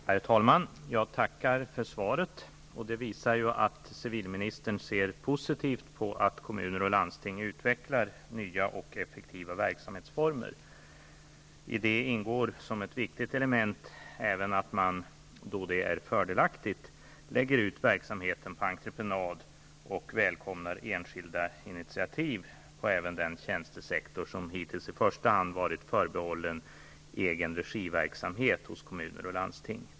Herr talman! Jag tackar civilministern för svaret, vilket visar att civilministern ser positivt på att kommuner och landsting utvecklar nya och effektiva verksamhetsformer. I detta ingår som ett viktigt element att man, då det är fördelaktigt, lägger ut verksamheten på entreprenad och välkomnar enskilda initiativ även inom den tjänstesektor som hittills i första hand varit förbehållen egen-regi-verksamhet hos kommuner och landsting.